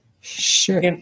Sure